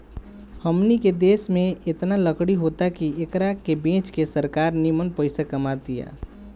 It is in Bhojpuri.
हमनी के देश में एतना लकड़ी होता की एकरा के बेच के सरकार निमन पइसा कमा तिया